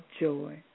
joy